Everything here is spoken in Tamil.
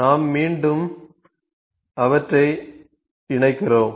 நாம் மீண்டும் அவற்றை இணைக்கிறோம்